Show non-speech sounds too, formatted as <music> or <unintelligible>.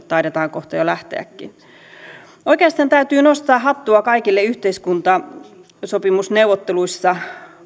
<unintelligible> taidetaankin lähteä jo viidennelle kierrokselle oikeastaan täytyy nostaa hattua kaikille yhteiskuntasopimusneuvotteluissa